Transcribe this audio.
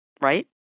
right